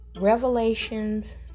revelations